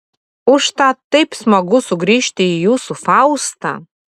užtat taip smagu sugrįžti į jūsų faustą